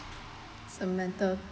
some mental